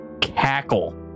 cackle